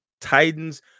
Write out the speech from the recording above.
Titans